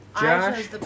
Josh